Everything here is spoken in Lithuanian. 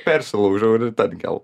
persilaužiau ir ten įkelt